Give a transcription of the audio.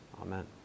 Amen